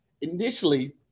initially